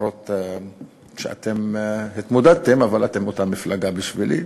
למרות שאתם התמודדתם, אבל אתם אותה מפלגה בשבילי.